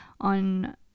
on